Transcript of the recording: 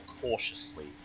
cautiously